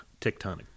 tectonic